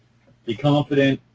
be confident.